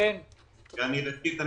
ראשית,